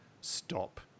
stop